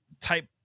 Type